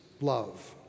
love